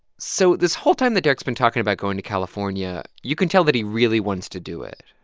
so this whole time that derek's been talking about going to california, you can tell that he really wants to do it.